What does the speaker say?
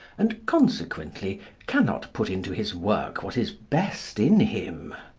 and consequently cannot put into his work what is best in him.